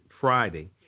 Friday